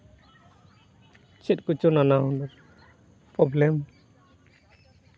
ᱪᱮᱫ ᱠᱚᱪᱚ ᱱᱟᱱᱟ ᱦᱩᱱᱟᱹᱨ ᱯᱨᱚᱵᱞᱮᱢ